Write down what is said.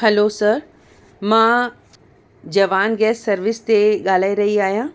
हलो sir मां Jawan gas service ते ॻाल्हाए रही आहियां